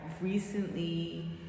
recently